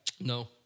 No